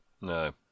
No